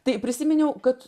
tai prisiminiau kad